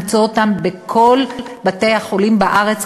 שאפשר למצוא אותם בכל בתי-החולים בארץ,